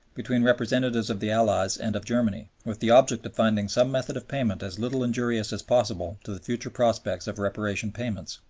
between representatives of the allies and of germany, with the object of finding some method of payment as little injurious as possible to the future prospects of reparation payments.